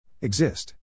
Exist